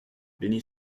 bénie